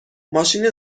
ماشین